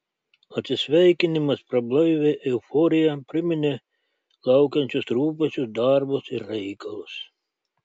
atsisveikinimas prablaivė euforiją priminė laukiančius rūpesčius darbus ir reikalus